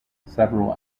several